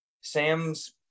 Sam's